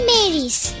Mary's